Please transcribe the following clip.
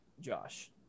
Josh